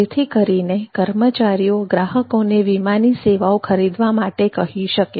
જેથી કરીને કર્મચારીઓ ગ્રાહકોને વીમાની સેવાઓ ખરીદવા માટે કહી શકે